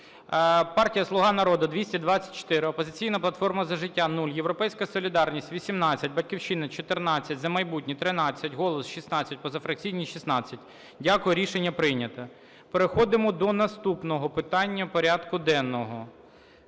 партія "Слуга народу" – 224, "Опозиційна платформа – За життя" – 0, "Європейська солідарність" – 18,"Батьківщина" – 14, "За майбутнє" – 13, "Голос" – 16, позафракційні – 16. Дякую. Рішення прийнято. Переходимо до наступного питання порядку денного.